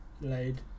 Laid